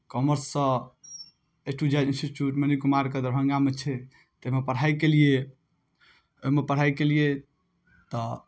कॉमर्ससँ A to Z institute Mani कुमारके दरभंगामे छै ताहिमे पढ़ाइ केलियै ओहिमे पढ़ाइ केलियै तऽ